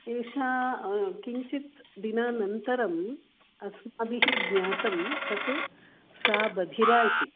एषा किञ्चित् दिनानन्तरम् अस्माभिः ज्ञातं तत् सा बधिरा इति